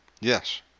yes